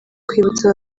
kwibutsa